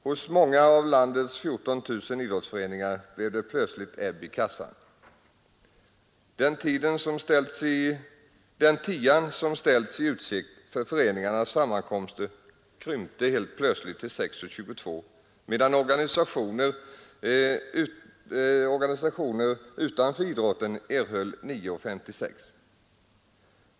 Hos många av landets 14 000 idrottsföreningar blev det plötsligt ebb i kassan. Den tia, som ställts i utsikt för föreningarnas sammankomster, krympte till 6:22, medan organisationer utanför idrotten erhöll 9:56.